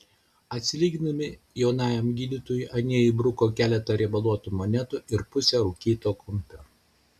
atsilygindami jaunajam gydytojui anie įbruko keletą riebaluotų monetų ir pusę rūkyto kumpio